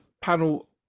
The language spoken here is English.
panel